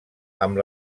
amb